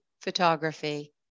photography